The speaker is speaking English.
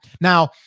now